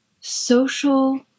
social